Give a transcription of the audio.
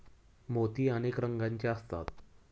मोती अनेक रंगांचे असतात